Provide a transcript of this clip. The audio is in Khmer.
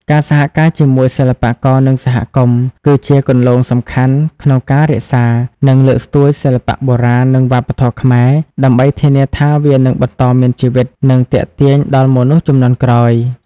ការសហការជាមួយសិល្បករ និងសហគមន៍ គឺជាគន្លងសំខាន់ក្នុងការរក្សា និងលើកស្ទួយសិល្បៈបុរាណ និងវប្បធម៌ខ្មែរ ដើម្បីធានាថាវានឹងបន្តមានជីវិត និងទាក់ទាញដល់មនុស្សជំនាន់ក្រោយ។